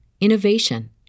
innovation